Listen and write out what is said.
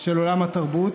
של עולם התרבות.